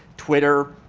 twitter,